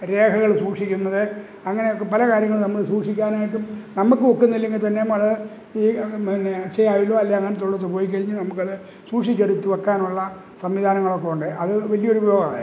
രേഖകൾ സൂക്ഷിക്കുന്നത് അങ്ങനെ പലകാര്യങ്ങളും നമ്മൾ സൂക്ഷിക്കാനായിട്ടും നമുക്ക് ഒക്കുന്നില്ലെങ്കിൽത്തന്നെ നമ്മൾ ഈ പിന്നെ അല്ലെ അങ്ങനത്തെയുള്ളതു പോയിക്കഴിഞ്ഞ് നമുക്കത് സൂക്ഷിച്ചെടുത്തു വെയ്ക്കാനുള്ള സംവിധാനങ്ങളൊക്കെ ഉണ്ട് അതു വലിയ ഒരു ഉപയോഗമാണ്